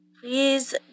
Please